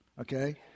Okay